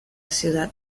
ciudad